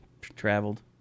traveled